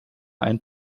ein